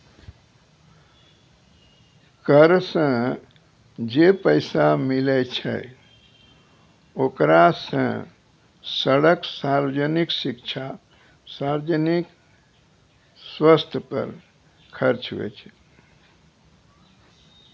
कर सं जे पैसा मिलै छै ओकरा सं सड़क, सार्वजनिक शिक्षा, सार्वजनिक सवस्थ पर खर्च हुवै छै